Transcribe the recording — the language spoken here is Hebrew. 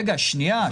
רגע, שניה.